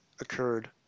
occurred